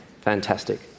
Fantastic